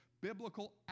biblical